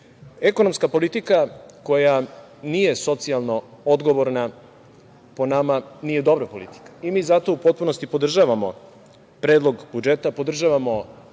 godinu. Ekonomska politika koja nije socijalno odgovorna, po nama, nije dobra politika i mi zato u potpunosti podržavamo Predlog budžeta, podržavamo